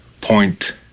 point